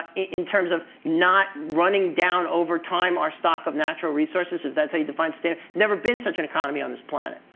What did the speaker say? in terms of not running down over time our stock of natural resources, if that's how you define sustain never been such an economy on this planet,